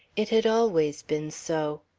it had always been so.